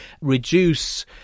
reduce